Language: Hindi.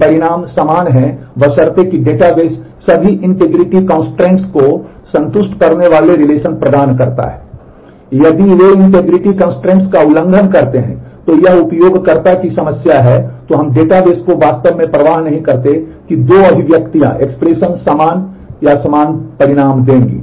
यदि वे इंटीग्रिटी कंस्ट्रेंट्स का उल्लंघन करते हैं तो यह उपयोगकर्ता की समस्या है तो हम डेटाबेस को वास्तव में परवाह नहीं करते हैं कि दो अभिव्यक्तियाँ समान या समान परिणाम देंगी